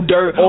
Dirt